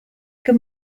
good